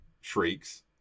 shrieks